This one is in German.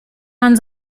man